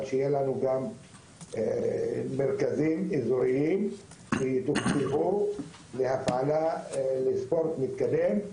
אבל שיהיו לנו גם מרכזים אזוריים שיתוקצבו להפעלה לספורט מתקדם.